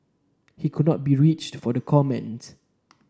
he could not be reached for the comments